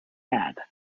had